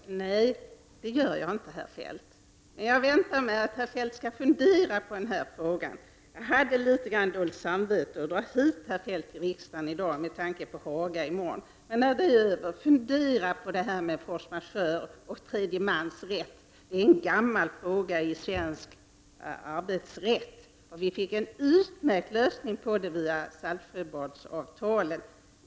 Herr talman! Nej, det gör jag inte, herr Feldt. Men jag väntar mig att herr Feldt skall fundera på den här frågan. Jag hade litet dåligt samvete över att dra hit herr Feldt till riksdagen i dag med tanke på att Hagaöverläggningarna skall äga rum i morgon. När de överläggningarna är klara så vill jag att finansministern funderar på frågan om force majeure och tredje mans rätt. Det är en gammal fråga i svensk arbetsrätt. Vi fick en utmärkt lösning på den frågan genom Saltsjöbadsavtalen.